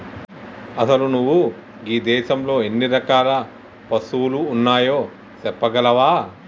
అసలు నువు గీ దేసంలో ఎన్ని రకాల పసువులు ఉన్నాయో సెప్పగలవా